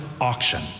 auction